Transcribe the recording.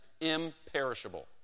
imperishable